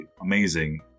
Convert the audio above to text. amazing